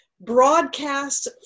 broadcast